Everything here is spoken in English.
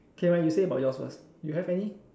okay never mind you say about yours first you have any